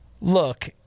Look